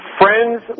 friends